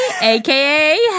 aka